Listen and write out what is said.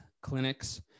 clinics